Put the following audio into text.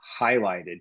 highlighted